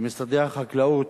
ומשרד החקלאות,